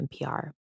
NPR